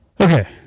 Okay